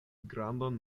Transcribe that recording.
grandan